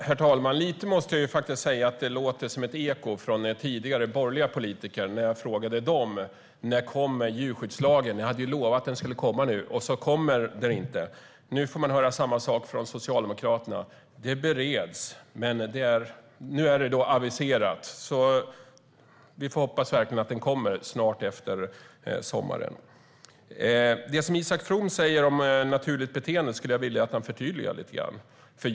Herr talman! Det här låter lite som ett eko från tidigare borgerliga politiker när jag frågade dem: När kommer djurskyddslagen? Ni hade lovat att den skulle komma nu, och så kommer den inte. Nu får jag höra samma sak från Socialdemokraterna: Det bereds men är aviserat. Vi får verkligen hoppas att den kommer efter sommaren. Jag skulle vilja att Isak From förtydligar det han sa om naturligt beteende.